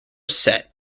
set